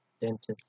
dentist